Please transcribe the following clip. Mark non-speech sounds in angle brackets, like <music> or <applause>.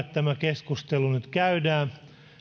<unintelligible> tämä keskustelu nyt käydään